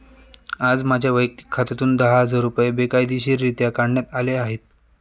आज माझ्या वैयक्तिक खात्यातून दहा हजार रुपये बेकायदेशीररित्या काढण्यात आले आहेत